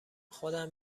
خودم